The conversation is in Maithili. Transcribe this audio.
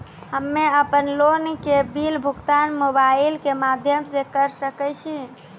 हम्मे अपन लोन के बिल भुगतान मोबाइल के माध्यम से करऽ सके छी?